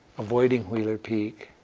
avoiding wheeler peak,